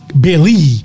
Billy